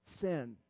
Sin